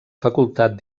facultat